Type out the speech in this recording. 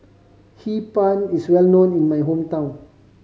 Hee Pan is well known in my hometown